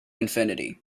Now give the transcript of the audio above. infinity